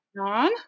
on